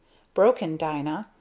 broken, dina,